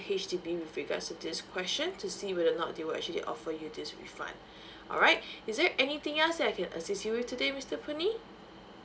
H_D_B with regards to this question to see whether or not they willl actually offer you this refund alright is there anything else that I can assist you with today mister puh nee